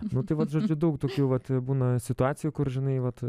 nu tai vat žodžiu daug tokių vat būna situacijų kur žinai vat